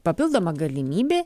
papildoma galimybė